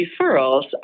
referrals